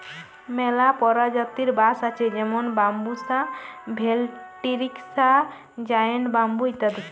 ম্যালা পরজাতির বাঁশ আছে যেমল ব্যাম্বুসা ভেলটিরিকসা, জায়েল্ট ব্যাম্বু ইত্যাদি